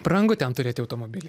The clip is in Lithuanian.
brangu ten turėti automobilį